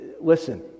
Listen